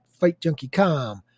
FightJunkieCom